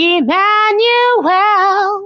Emmanuel